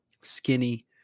Skinny